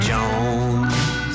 Jones